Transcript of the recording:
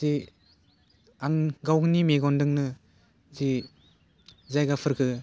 जि आं गावनि मेगनदोंनो जि जागाफोरखो